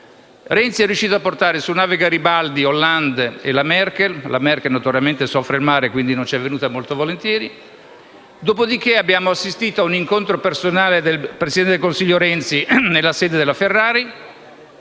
Renzi è riuscito a portare sulla nave Garibaldi Hollande e Merkel - quest'ultima notoriamente soffre il mare e, quindi, non è venuta volentieri - e dopo abbiamo assistito a un incontro personale del presidente del Consiglio Renzi nella sede della Ferrari.